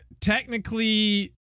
Technically